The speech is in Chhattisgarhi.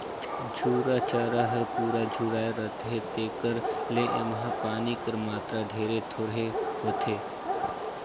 झूरा चारा हर पूरा झुराए रहथे तेकर ले एम्हां पानी कर मातरा ढेरे थोरहें होथे